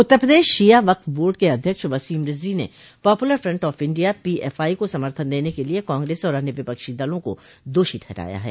उत्तर प्रदेश शिया वक़फ बोर्ड के अध्यक्ष वसीम रिज़वी ने Popular Front of India PFI को समर्थन देने को लिये कांग्रेस और अन्य विपक्षी दलों को दोषी ठहराया है